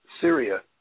Syria